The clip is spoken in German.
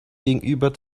gegenüber